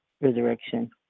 resurrection